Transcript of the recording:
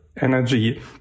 energy